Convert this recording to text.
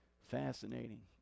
fascinating